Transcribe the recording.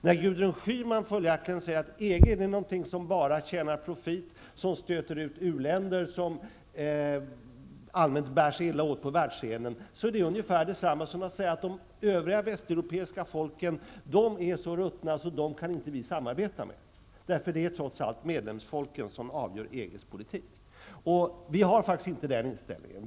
När Gudrun Schyman säger att EG är någonting som bara tjänar profit, som stöter ut uländer, som bär sig allmänt illa åt på världsscenen, är det följaktligen detsamma som att säga att de övriga västeuropeiska folken är så ruttna att vi inte kan samarbeta med dem -- det är trots allt medlemsfolken som avgör EGs politik. Vi har faktiskt inte den inställningen.